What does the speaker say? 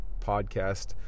podcast